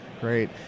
Great